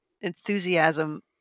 enthusiasm